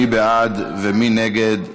מי בעד ומי נגד?